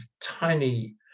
tiny